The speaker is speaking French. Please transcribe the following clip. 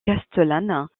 castellane